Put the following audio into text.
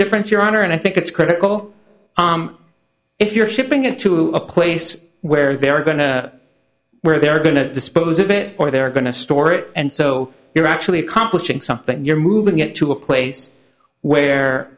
difference your honor and i think it's critical if you're shipping it to a place where they're going to where they're going to dispose of it or they're going to store it and so you're actually accomplishing something and you're moving it to a place where